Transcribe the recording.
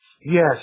Yes